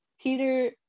Peter